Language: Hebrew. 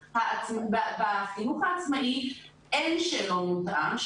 בחינוך העצמאי אין שאלון מותאם,